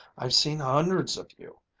i've seen hundreds of you!